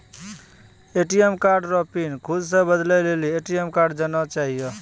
ATM card रो pin खुद से बदलै लेली ए.टी.एम जाना चाहियो